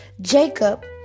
Jacob